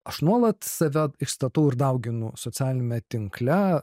aš nuolat save išstatau ir dauginu socialiniame tinkle